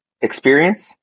experience